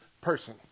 person